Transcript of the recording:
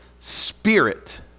spirit